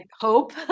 hope